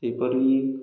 ସେହିପରି